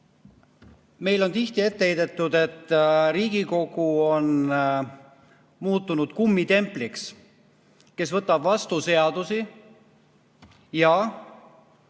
Meile on tihti ette heidetud, et Riigikogu on muutunud kummitempliks, kes võtab vastu seadusi ja